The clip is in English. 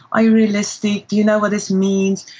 ah realistic, do you know what this means?